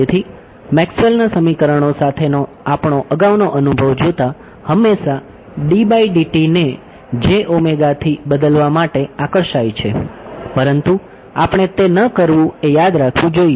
તેથી મેક્સવેલના સમીકરણો સાથેનો આપણો અગાઉનો અનુભવ જોતાં હંમેશા ને થી બદલવા માટે આકર્ષાય છે પરંતુ આપણે તે ન કરવું એ યાદ રાખવું જોઈએ